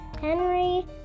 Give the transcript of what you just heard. Henry